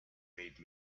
made